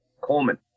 Coleman